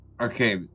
Okay